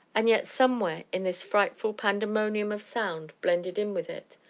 and yet, somewhere in this frightful pandemonium of sound, blended in with it,